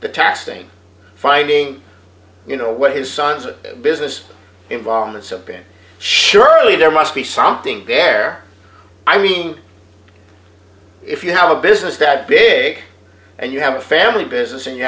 the tax thing fighting you know what his son's a business environment so been surely there must be something there i mean if you have a business that big and you have a family business and you